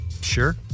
Sure